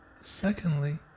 Secondly